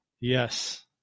Yes